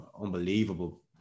unbelievable